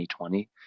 2020